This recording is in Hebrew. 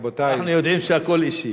רבותי, אנחנו יודעים שהכול אישי.